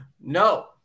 No